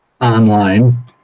Online